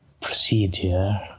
procedure